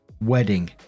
wedding